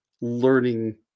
learning